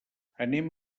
anem